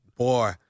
Boy